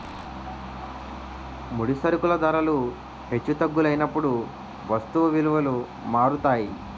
ముడి సరుకుల ధరలు హెచ్చు తగ్గులైనప్పుడు వస్తువు విలువలు మారుతాయి